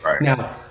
Now